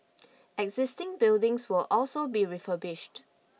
existing buildings will also be refurbished